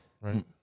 right